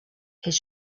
his